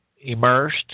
immersed